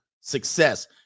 success